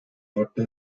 norte